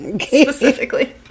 specifically